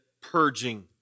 purging